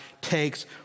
takes